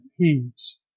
peace